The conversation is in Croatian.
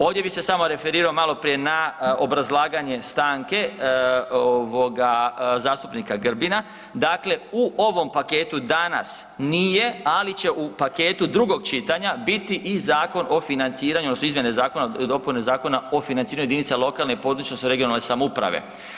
Ovdje bi se samo referirao maloprije na obrazlaganje stanke ovoga zastupnika Grbina, dakle u ovom paketu danas nije, ali će u paketu drugog čitanja biti i Zakon o financiranju odnosno izmjene zakona i dopune Zakona o financiranju jedinica lokalne i područne odnosno regionalne samouprave.